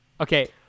Okay